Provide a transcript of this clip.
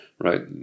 right